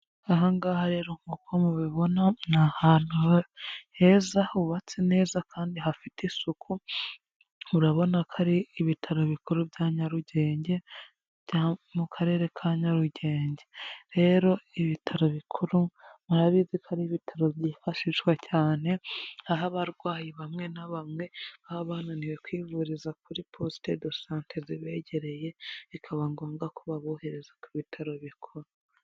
Aha ngaha rero nk'uko mubibona, ni ahantu heza hubatse neza kandi hafite isuku, urabona ko ari ibitaro bikuru bya Nyarugenge, byo mu Karere ka Nyarugenge, rero ibitaro bikuru murabizi ko ari ibitaro byifashishwa cyane, aho abarwayi bamwe na bamwe baba bananiwe kwivuriza kuri poste de sante zibegereye, bikaba ngombwa ko babohereza ku bitaro bikuru.